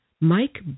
Mike